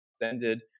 extended